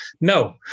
No